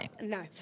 No